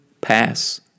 pass